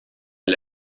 est